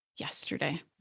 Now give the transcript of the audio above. yesterday